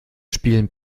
spielen